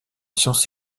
sciences